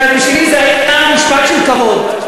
בשבילי זה היה משפט של כבוד,